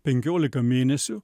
penkiolika mėnesių